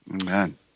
Amen